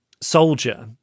soldier